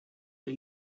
but